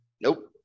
Nope